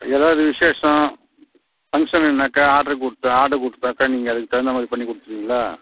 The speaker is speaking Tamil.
ஏதாவது விசேஷம் ஃபங்க்ஷனுன்னாக்கா ஆட்ரு கொடுத்தா ஆட்ரு கொடுத்தாக்கா நீங்கள் அதுக்கு தகுந்த மாதிரி பண்ணிக் கொடுத்துருவீங்களா